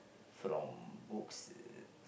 from books uh